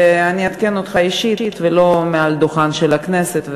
ואני אעדכן אותך אישית ולא מעל הדוכן של הכנסת.